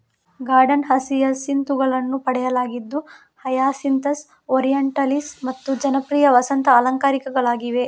garden ಹಸಿಯಸಿಂತುಗಳನ್ನು ಪಡೆಯಲಾಗಿದ್ದು ಹಯಸಿಂಥಸ್, ಓರಿಯೆಂಟಲಿಸ್ ಮತ್ತು ಜನಪ್ರಿಯ ವಸಂತ ಅಲಂಕಾರಿಕಗಳಾಗಿವೆ